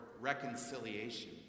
reconciliation